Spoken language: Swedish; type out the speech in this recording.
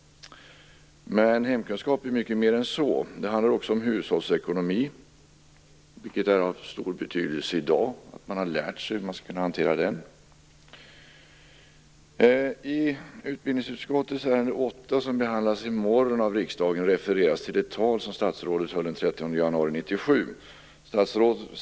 Men hemkunskap är mycket mer än så. Det handlar om hushållsekonomi. Det är av stor betydelse i dag att man har lärt sig hur man hanterar den. I utbildningsutskottets betänkande nr 8, som behandlas i morgon i riksdagen, refereras det till ett tal som statsrådet höll den 30 januari 1997.